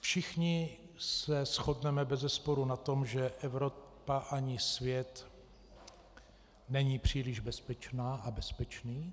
Všichni se shodneme bezesporu na tom, že Evropa ani svět není příliš bezpečná a bezpečný.